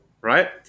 Right